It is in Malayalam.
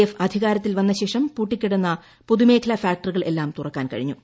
എഫ് അധികാരത്തിൽ വന്നശേഷം പൂട്ടിക്കിടന്ന പൊതുമേഖലാ ഫാക്ടറികൾ എല്ലാം തുറക്കാൻ കഴിഞ്ഞു